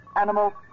animal